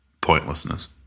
pointlessness